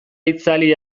itzali